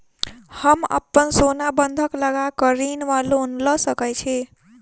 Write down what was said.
हम अप्पन सोना बंधक लगा कऽ ऋण वा लोन लऽ सकै छी?